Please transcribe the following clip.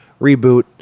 Reboot